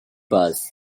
boss